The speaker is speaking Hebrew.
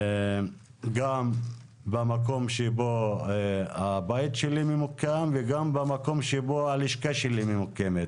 גם במקום שבו הבית שלי ממוקם וגם במקום שבו הלשכה שלי ממוקמת.